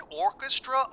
Orchestra